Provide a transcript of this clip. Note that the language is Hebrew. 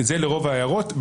אלה רוב ההערות.